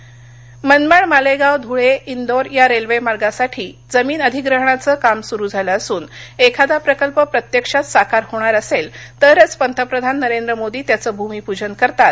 भामरे धुळे मनमाड मालेगांव ध्रळे इंदौर या रेल्वेमार्गासाठी जमीन अधिग्रहणाचं काम सुरू झालं असून एखादा प्रकल्प प्रत्यक्षात साकार होणार असेल तरच पंतप्रधान नरेंद्र मोदी त्याचे भ्मिप्जन करतात